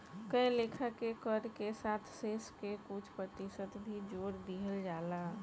कए लेखा के कर के साथ शेष के कुछ प्रतिशत भी जोर दिहल जाला